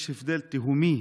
יש הבדל תהומי